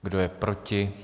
Kdo je proti?